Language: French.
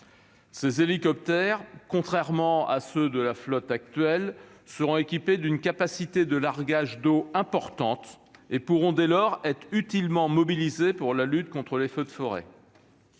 Ces hélicoptères, contrairement à ceux de la flotte actuelle, seront équipés d'une capacité de largage d'eau importante et pourront dès lors être utilement mobilisés pour la lutte contre les feux de forêt.